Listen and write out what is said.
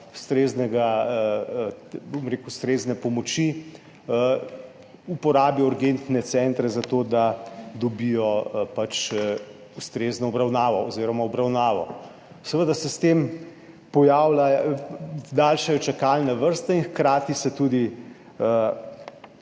ustrezne pomoči, uporabijo urgentne centre za to, da dobijo pač ustrezno obravnavo oziroma obravnavo. Seveda se s tem pojavlja…, daljšajo čakalne vrste in hkrati se tudi